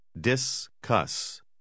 Discuss